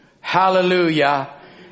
Hallelujah